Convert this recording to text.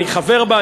אני חבר בה,